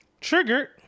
Trigger